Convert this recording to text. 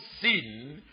sin